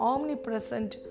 Omnipresent